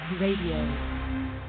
Radio